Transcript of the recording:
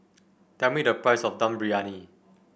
tell me the price of Dum Briyani